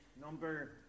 number